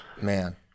Man